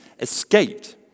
escaped